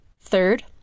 Third